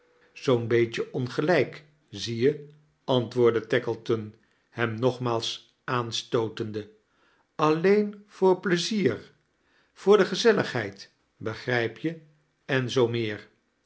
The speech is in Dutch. zoo'n beetje ongelijk zie je antwoord de tackleton hem nogmaals aansteotende alleen voor pleader voor de gezelligheid begrijp je en zoo meer